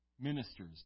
ministers